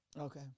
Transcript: Okay